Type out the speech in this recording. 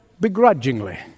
begrudgingly